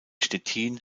stettin